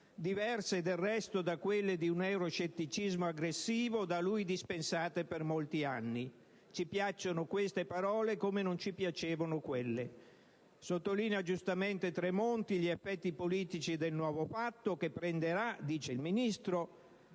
diverse da quelle di un euroscetticismo aggressivo da lui dispensate per molti anni. Ci piacciono queste parole come non ci piacevano quelle. Sottolinea giustamente Tremonti gli effetti politici del nuovo patto che prenderà - dice il Ministro